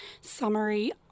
summary